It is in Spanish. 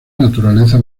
naturaleza